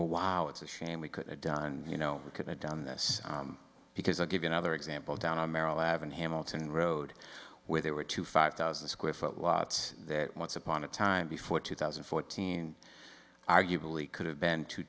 a wow it's a shame we could've done you know we could've done this because i'll give you another example down on merrill avenue hamilton road where there were two five thousand square foot lot that once upon a time before two thousand and fourteen arguably could have been to